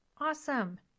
Awesome